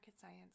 science